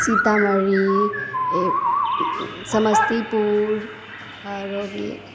सीतामढ़ी समस्तीपुर आरो भेलै